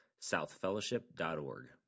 southfellowship.org